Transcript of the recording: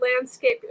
landscape